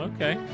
Okay